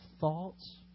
thoughts